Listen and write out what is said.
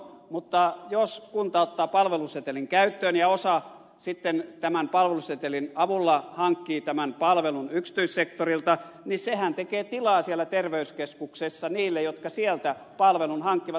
mutta jos kunta ottaa palvelusetelin käyttöön ja osa sitten tämän palvelusetelin avulla hankkii palvelun yksityissektorilta niin sehän tekee tilaa siellä terveyskeskuksessa niille jotka sieltä palvelun hankkivat